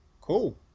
Cool